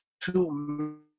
two